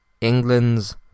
England's